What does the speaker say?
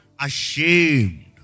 ashamed